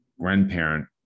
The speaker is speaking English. grandparent